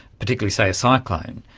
particularly, say, a cyclone,